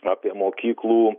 apie mokyklų